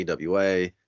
AWA